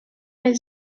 els